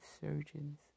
surgeons